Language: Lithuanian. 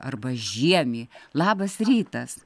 arba žiemį labas rytas